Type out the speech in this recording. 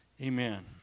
Amen